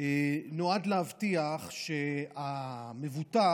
נועד להבטיח שהמבוטח,